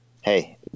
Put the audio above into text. hey